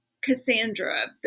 Cassandra